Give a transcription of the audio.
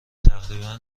تقریبا